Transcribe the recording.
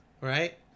Right